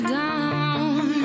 down